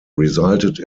resulted